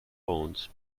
bones